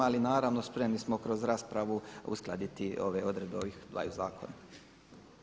Ali naravno spremni smo kroz raspravu uskladiti ove odredbe ovih dvaju zakona.